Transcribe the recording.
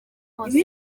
hose